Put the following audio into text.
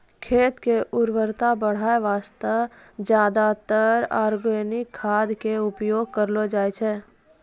खेत के उर्वरता बढाय वास्तॅ ज्यादातर आर्गेनिक खाद के उपयोग करलो जाय छै